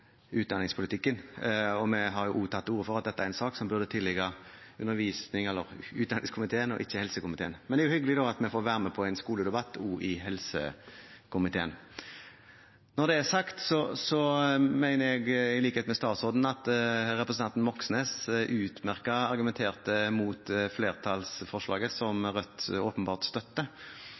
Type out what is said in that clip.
utdanningspolitikken. Vi har tatt til orde for at dette er en sak som burde tilligge utdanningskomiteen og ikke helsekomiteen, men det er jo hyggelig at vi i helsekomiteen også får være med på en skoledebatt. Når det er sagt, mener jeg i likhet med statsråden at representanten Moxnes utmerket argumenterte mot forslaget til vedtak, som Rødt åpenbart støtter.